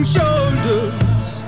Shoulders